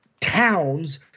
towns